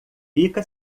fica